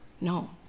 No